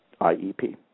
IEP